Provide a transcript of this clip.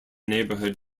neighborhood